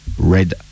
Red